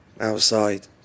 Outside